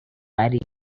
غریق